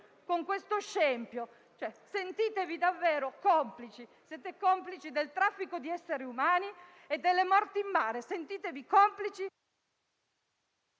con questo scempio. Sentitevi davvero complici. Siete complici del traffico di essere umani e delle morti in mare. Sentitevi complici!